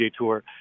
tour